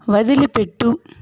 వదిలిపెట్టు